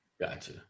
Gotcha